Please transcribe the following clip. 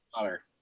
water